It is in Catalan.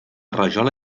rajola